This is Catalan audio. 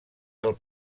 del